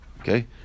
Okay